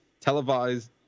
televised